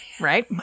Right